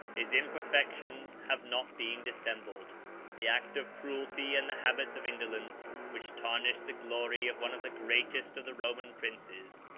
his imperfections have not been dissembled the act of cruelty, and the habits of indolence, which tarnished the glory of one of the greatest of the roman princes.